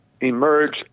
emerge